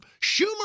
Schumer